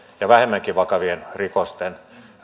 ja vähemmänkin vakavien rikosten